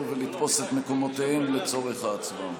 ולתפוס את מקומותיהם לצורך ההצבעה.